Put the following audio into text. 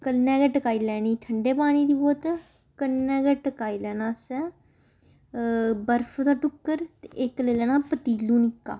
कन्नै गै टकाई लैनी ठंडे पानी दी बोतल कन्नै गै टकाई लैना असें बर्फ दा टुक्कर ते इकक्क लेई लैना पतीलू निक्का